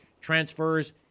transfers